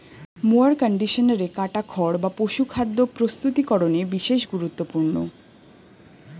mower কন্ডিশনারে কাটা খড় বা পশুখাদ্য প্রস্তুতিকরনে বিশেষ গুরুত্বপূর্ণ